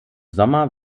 sommer